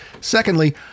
Secondly